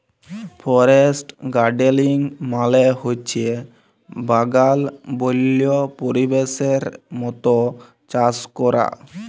forest গাড়েলিং মালে হছে বাগাল বল্য পরিবেশের মত চাষ ক্যরা